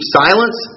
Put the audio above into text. silence